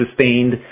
sustained